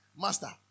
master